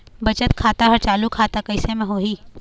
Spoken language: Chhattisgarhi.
बचत खाता हर चालू खाता कैसे म होही?